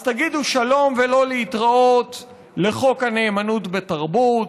אז תגידו שלום ולא להתראות לחוק הנאמנות בתרבות,